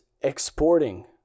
exporting